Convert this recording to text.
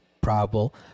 probable